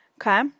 okay